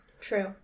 True